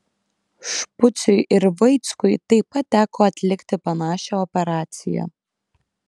špuciui ir vaickui taip pat teko atlikti panašią operaciją